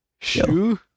Shoe